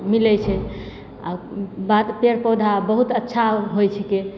मिलै छै आब बाद पेड़ पौधा बहुत अच्छा होइ छिकै